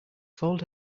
called